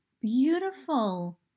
beautiful